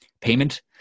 payment